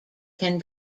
can